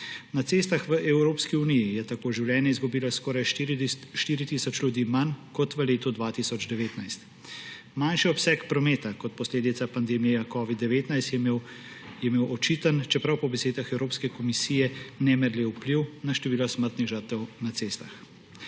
Na cestah v Evropski uniji je tako življenje izgubilo skoraj 4 tisoč ljudi manj kot v letu 2019. Manjši obseg prometa kot posledica pandemije covid-19 je imel očiten, čeprav po besedah Evropske komisije nemerljiv vpliv na število smrtnih žrtev na cestah.